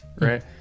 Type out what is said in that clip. right